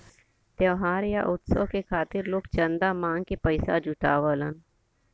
त्योहार या उत्सव के खातिर लोग चंदा मांग के पइसा जुटावलन